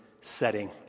setting